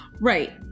Right